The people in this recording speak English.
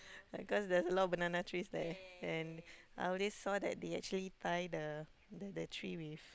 like cause there's a lot of banana trees there and nowadays saw that they actually tie the the the tree with